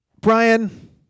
Brian